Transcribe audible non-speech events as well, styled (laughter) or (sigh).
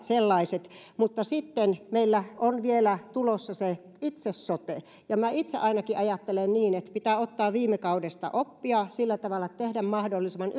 (unintelligible) sellaiset mutta sitten meillä on vielä tulossa se itse sote ja minä itse ainakin ajattelen niin että pitää ottaa viime kaudesta oppia sillä tavalla että tehdään mahdollisimman (unintelligible)